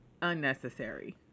unnecessary